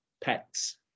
pets